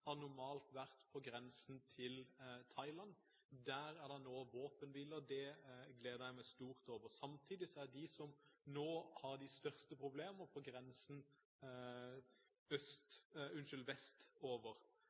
har normalt bodd ved grensen til Thailand. Der er det nå våpenhvile, og det gleder jeg meg stort over. Samtidig er det de som nå har de største problemene, på grensen